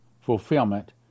fulfillment